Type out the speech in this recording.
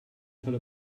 tell